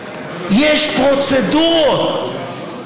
יש פרוצדורות,